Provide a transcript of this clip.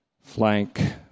flank